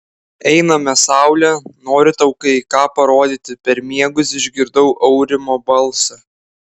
einame saule noriu tau kai ką parodyti per miegus išgirdau aurimo balsą